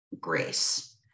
grace